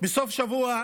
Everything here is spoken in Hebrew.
בסוף השבוע